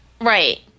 Right